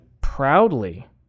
proudly